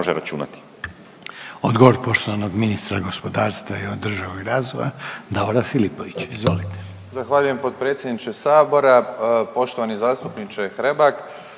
Odgovor poštovanog ministra gospodarstva i održivog razvoja, Davora Filipovića.